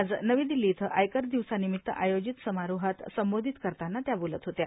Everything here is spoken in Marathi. आज नवी दिल्ली इये आयकर दिवसानिमित्त आयोजित समारोहात संबोधित करतांना त्या बोलत होत्या